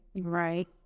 Right